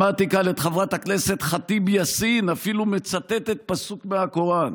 שמעתי כאן את חברת הכנסת ח'טיב יאסין אפילו מצטטת פסוק מהקוראן.